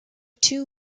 two